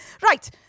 Right